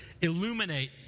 illuminate